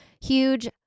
huge